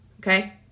Okay